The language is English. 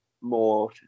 more